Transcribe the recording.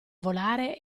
volare